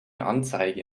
anzeigen